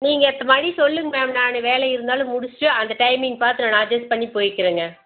நீங்கள் இப்போ வழி சொல்லுங்க மேம் நான் வேலை இருந்தாலும் முடித்துட்டு அந்த டைமிங் பார்த்து நான் அட்ஜெட் பண்ணிப் போயிக்கிறேங்க